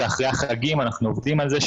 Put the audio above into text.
ואנחנו עובדים על זה,